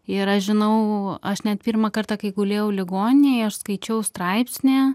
ir aš žinau aš net pirmą kartą kai gulėjau ligoninėj aš skaičiau straipsnį